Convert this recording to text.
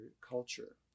culture